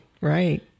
right